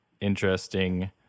interesting